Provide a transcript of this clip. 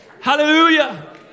Hallelujah